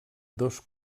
dos